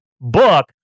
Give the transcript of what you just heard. book